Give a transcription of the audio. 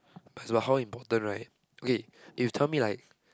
but it's about how important right okay if you tell me like